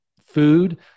food